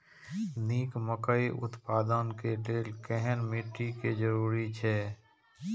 निक मकई उत्पादन के लेल केहेन मिट्टी के जरूरी छे?